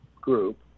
group